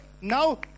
now